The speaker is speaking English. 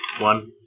One